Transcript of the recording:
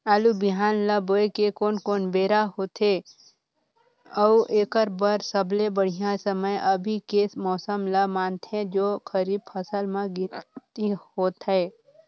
आलू बिहान ल बोये के कोन बेरा होथे अउ एकर बर सबले बढ़िया समय अभी के मौसम ल मानथें जो खरीफ फसल म गिनती होथै?